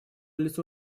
лицо